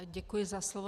Děkuji za slovo.